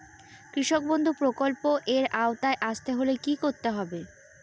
কৃষকবন্ধু প্রকল্প এর আওতায় আসতে হলে কি করতে হবে?